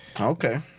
Okay